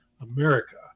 America